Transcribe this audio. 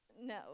No